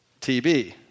TB